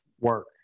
Work